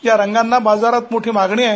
या रंगाना बाजारात मोठी मागणी आहे